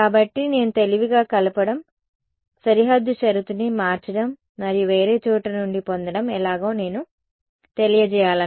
కాబట్టి నేను తెలివిగా కలపడం సరిహద్దు షరతు ని మార్చడం మరియు వేరే చోట నుండి పొందడం ఎలాగో నేను తెలియజేయాలనుకుంటున్నాను